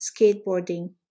skateboarding